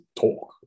talk